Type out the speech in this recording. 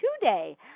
today